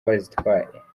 bazitwaye